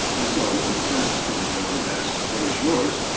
and so when the census comes around and asks what is yours,